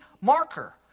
marker